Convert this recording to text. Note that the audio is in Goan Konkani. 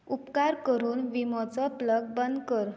उपकार करून विमोचो प्लग बंद कर